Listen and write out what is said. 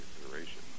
consideration